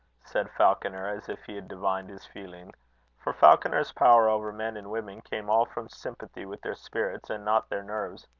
said falconer, as if he divined his feeling for falconer's power over men and women came all from sympathy with their spirits, and not their nerves